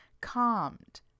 calmed